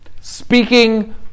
speaking